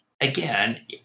again